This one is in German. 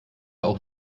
auch